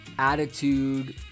Attitude